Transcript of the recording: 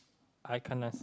I can't answer